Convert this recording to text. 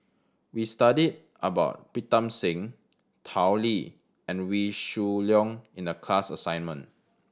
we studied about Pritam Singh Tao Li and Wee Shoo Leong in the class assignment